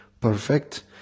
perfect